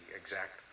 exact